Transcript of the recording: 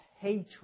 hatred